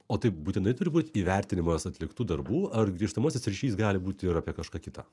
o tai būtinai turi būt įvertinimas atliktų darbų ar grįžtamasis ryšys gali būti ir apie kažką kitą